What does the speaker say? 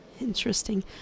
Interesting